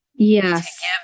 yes